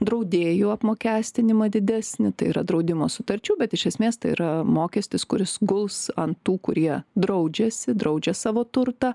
draudėjų apmokestinimą didesnį tai yra draudimo sutarčių bet iš esmės tai yra mokestis kuris guls ant tų kurie draudžiasi draudžia savo turtą